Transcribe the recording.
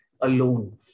alone